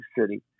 city